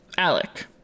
Alec